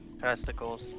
Testicles